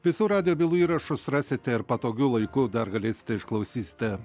visų radijo bylų įrašus rasite ir patogiu laiku dar galėsite išklausysite